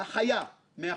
לאלעד שפינדל,